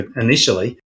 initially